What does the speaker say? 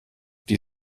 die